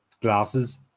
glasses